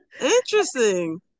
interesting